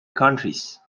countries